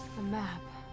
a map.